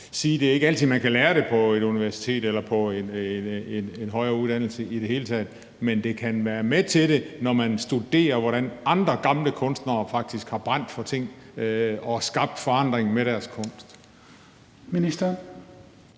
at det ikke er altid, man kan lære det på et universitet eller på en højere uddannelse i det hele taget, men det kan være med til det, når man studerer, hvordan andre gamle kunstnere faktisk har brændt for ting og skabt forandring med deres kunst. Kl.